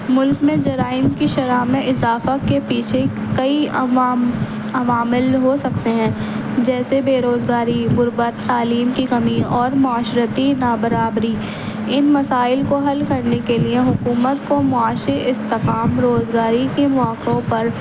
ملک میں جرائم کی شرح میں اضافہ کے پیچھے کئی عوامل ہو سکتے ہیں جیسے بےروزگاری غربت تعلیم کی کمی اور معاشرتی نابرابری ان مسائل کو حل کرنے کے لیے حکومت کو معاشی استحکام روزگاری کی موقعوں پر